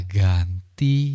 ganti